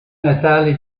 natale